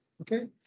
okay